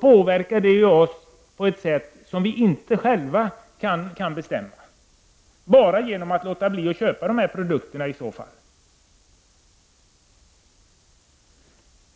påverkas vi på ett sätt som vi inte själva bestämmer. Det enda sättet att utöva påverkan är att låta bli att köpa sådana produkter.